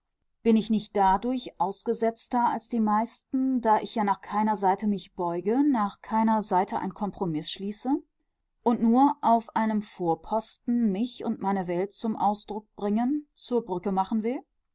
bin ich nicht dadurch ausgesetzter als die meisten da ich ja nach keiner seite mich beuge nach keiner seite ein kompromiß schließe und nur auf einem vorposten mich und meine welt zum ausdruck bringen zur brücke machen will